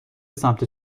سمت